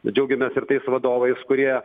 džiaugiamės ir tais vadovais kurie